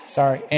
Sorry